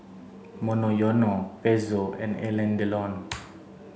Monoyono Pezzo and Alain Delon